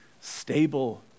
stable